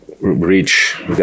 reach